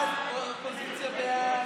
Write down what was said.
קבוצת סיעת יש עתיד-תל"ם